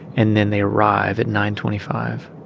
and then they arrive at nine twenty five